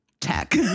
tech